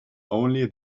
only